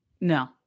No